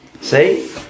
see